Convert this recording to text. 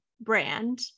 brand